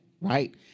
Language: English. right